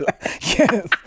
yes